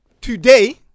today